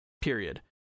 Period